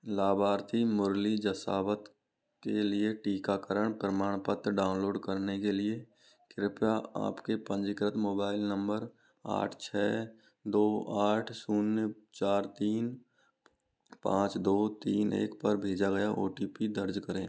लाभार्थी मुरली जसावत के लिए टीकाकरण प्रमाणपत्र डाउनलोड करने के लिए कृपया आपके पंजीकृत मोबाइल नंबर आठ छः दो आठ शून्य चार तीन पाँच दो तीन एक पर भेजा गया ओ टी पी दर्ज करें